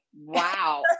wow